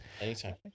Anytime